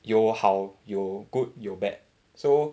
有好有 good 有 bad so